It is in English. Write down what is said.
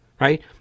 right